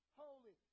holy